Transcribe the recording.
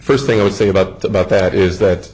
first thing i would say about about that is that